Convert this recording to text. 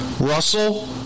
Russell